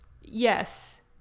yes